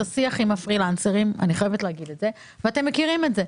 השיח עם הפרילנסרים אני חייבת להגיד את זה ואתם מכירים את זה.